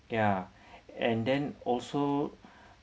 ya and then also